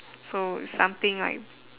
so something like